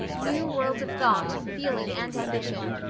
new worlds of thought, feeling, and ambition,